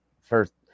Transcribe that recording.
first